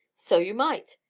so you might!